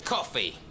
Coffee